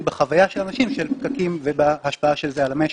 בחוויה של אנשים של פקקים ובהשפעה של זה על המשק.